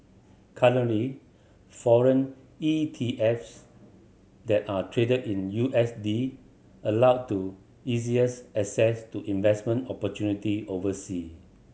currently foreign ETFs that are traded in U S D allow to easiest access to investment opportunities oversea